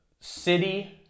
city